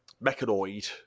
mechanoid